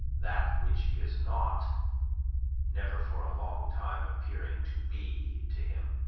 that which is not never for a long time appearing to be to him,